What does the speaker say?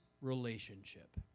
relationship